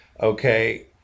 Okay